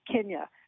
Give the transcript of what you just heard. Kenya